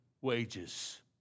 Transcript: wages